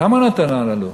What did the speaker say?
למה נתנה לנו?